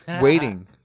Waiting